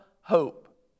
hope